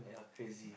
yeah crazy